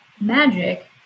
magic